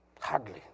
Hardly